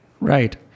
Right